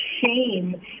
shame